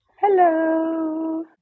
Hello